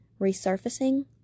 resurfacing